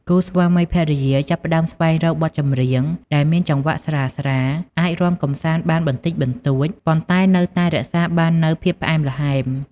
គូស្វាមីភរិយាចាប់ផ្តើមស្វែងរកបទចម្រៀងដែលមានចង្វាក់ស្រាលៗ អាចរាំកម្សាន្តបានបន្តិចបន្តួច ប៉ុន្តែនៅតែរក្សាបាននូវភាពផ្អែមល្ហែម។